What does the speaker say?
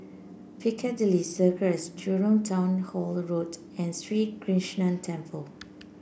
Piccadilly Circus Jurong Town Hall Road and Sri Krishnan Temple